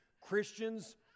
Christians